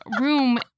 room